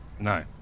No